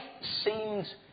seemed